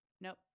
nope